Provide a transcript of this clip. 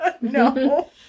No